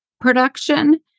production